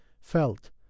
felt